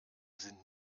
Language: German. sind